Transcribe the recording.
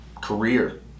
career